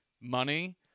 money